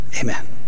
Amen